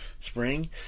spring